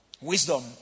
wisdom